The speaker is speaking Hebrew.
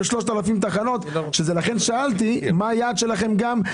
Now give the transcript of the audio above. מדובר בפיילוט